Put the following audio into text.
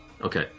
Okay